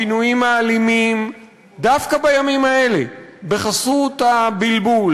הפינויים האלימים דווקא בימים האלה בחסות הבלבול,